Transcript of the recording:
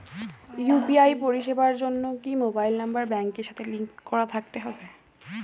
UPI পরিষেবার জন্য কি মোবাইল নাম্বার ব্যাংকের সাথে লিংক করা থাকতে হবে?